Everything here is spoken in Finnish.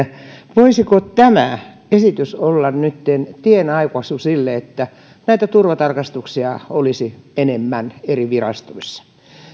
voisiko tämä esitys olla tien aukaisu sille että näitä turvatarkastuksia olisi enemmän eri virastoissa